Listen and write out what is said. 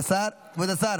כבוד השר